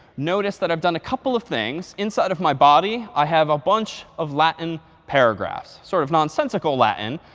notice that i've done a couple of things. inside of my body, i have a bunch of latin paragraphs. sort of nonsensical latin,